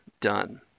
done